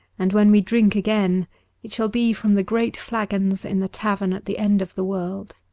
and when we drink again it shall be from the great flagons in the tavern at the end of the world.